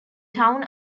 town